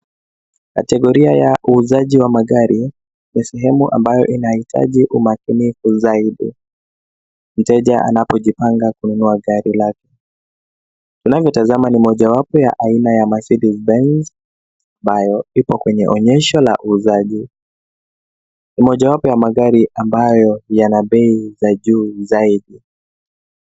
Kategoria ya uuzaji wa magari. Ni sehemu ambayo inahitaji umakinifu zaidi mteja anapojipanga kununua gari lake. Tunavyotazama ni mojawapo ya aina ya Macedes Benz ambayo iko kwenye onyesho la uuzaji. Ni mojawapo ya magari ambayo yana bei za juu zaidi.